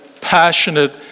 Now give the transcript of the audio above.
passionate